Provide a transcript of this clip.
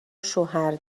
شوهر